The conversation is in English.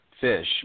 fish